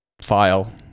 file